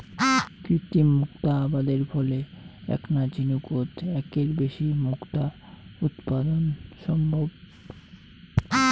কৃত্রিম মুক্তা আবাদের ফলে এ্যাকনা ঝিনুকোত এ্যাকের অধিক মুক্তা উৎপাদন সম্ভব